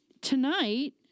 tonight